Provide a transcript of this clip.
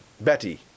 Betty